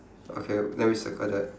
okay then we circle that